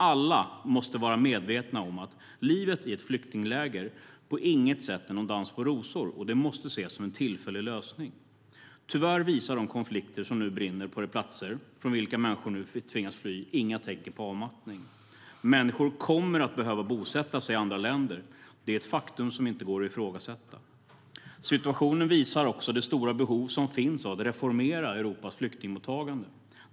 Alla måste vara medvetna om att livet i ett flyktingläger på inget sätt är någon dans på rosor, och det måste ses som en tillfällig lösning. Tyvärr visar de konflikter som brinner på de platser från vilka människor nu tvingas fly inga tecken på avmattning. Människor kommer att behöva bosätta sig i andra länder. Det är ett faktum som inte går att ifrågasätta. Situationen visar också det stora behov som finns av att reformera Europas flyktingmottagande.